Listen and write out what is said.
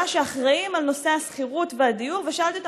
שאחראים על נושא השכירות והדיור ושאלתי אותם,